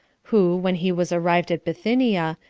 who, when he was arrived at bithynia,